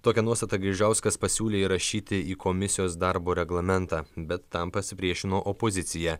tokią nuostatą gaižauskas pasiūlė įrašyti į komisijos darbo reglamentą bet tam pasipriešino opozicija